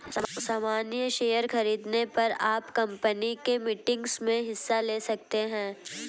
सामन्य शेयर खरीदने पर आप कम्पनी की मीटिंग्स में हिस्सा ले सकते हैं